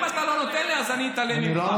אם אתה לא נותן לי, אז אני אתעלם ממך.